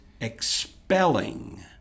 expelling